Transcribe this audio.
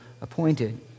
appointed